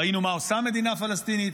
ראינו מה עושה מדינה פלסטינית,